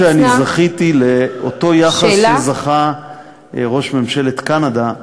מאחר שזכיתי לאותו יחס שזכה לו ראש ממשלת קנדה,